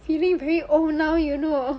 feeling very old now you know